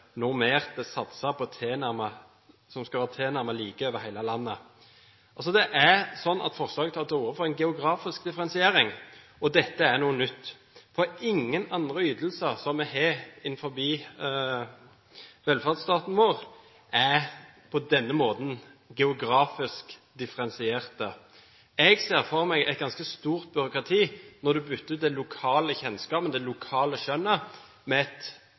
noe uklart hva som ligger i begrepet «normerte satser tilnærmet likt over hele landet». Det er slik at i forslaget tas det til orde for en geografisk differensiering, og dette er noe nytt. Ingen andre ytelser vi har innenfor velferdsstaten vår, er geografisk differensiert. Jeg ser for meg et ganske stort byråkrati når en bytter ut den lokale kjennskapen og det lokale